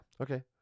Okay